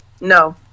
No